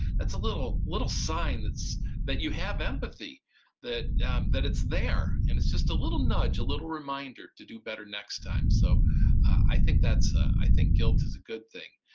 that's a little little sign that you have empathy that that it's there, and it's just a little nudge, a little reminder to do better next time. so i think that's. i think guilt is a good thing,